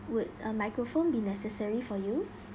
would a microphone be necessary for you